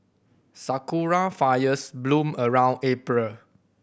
sakura fires bloom around April